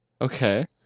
Okay